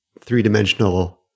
three-dimensional